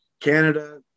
Canada